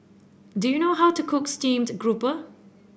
do you know how to cook Steamed Grouper